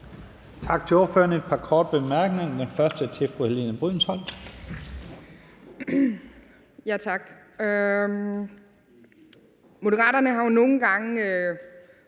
Moderaterne har jo nogle gange